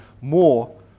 more